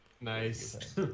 Nice